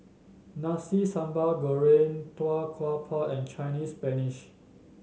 Nasi Sambal Goreng Tau Kwa Pau and Chinese Spinach